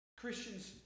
Christians